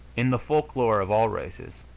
in the folk-lore of all races,